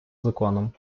законом